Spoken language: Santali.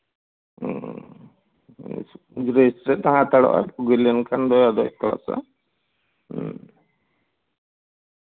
ᱦᱩᱸ ᱨᱮ ᱥᱴ ᱨᱮᱭ ᱛᱟᱦᱮᱸ ᱦᱟᱛᱟᱲᱚᱜᱼᱟ ᱟᱫᱚ ᱵᱩᱜᱤ ᱞᱮᱱᱠᱷᱟᱱᱮᱭ ᱠᱞᱟᱥᱟᱭ ᱦᱩᱸ